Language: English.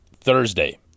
Thursday